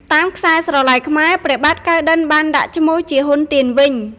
តាមខ្សែស្រឡាយខ្មែរ ព្រះបាទកៅណ្ឌិន្យបានដាក់ឈ្មោះជា ហ៊ុន ទៀន វិញ។